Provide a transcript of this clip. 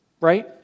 Right